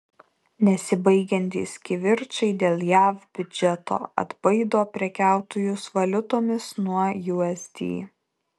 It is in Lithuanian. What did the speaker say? nesibaigiantys kivirčai dėl jav biudžeto atbaido prekiautojus valiutomis nuo usd